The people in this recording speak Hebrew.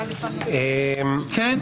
כן,